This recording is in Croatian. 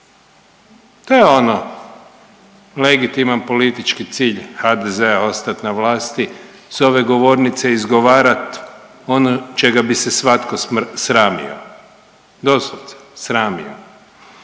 To je ono legitiman politički cilj HDZ-a ostat na vlasti s ove govornice izgovarat ono čega bi se svatko sramio, doslovce sramio.